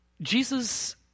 Jesus